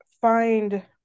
find